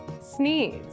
Sneeze